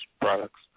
products